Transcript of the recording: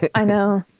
i know